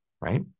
right